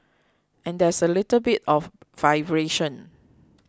and there's a little bit of vibration